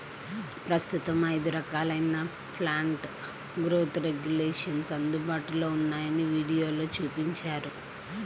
ప్రస్తుతం ఐదు రకాలైన ప్లాంట్ గ్రోత్ రెగ్యులేషన్స్ అందుబాటులో ఉన్నాయని వీడియోలో చూపించారు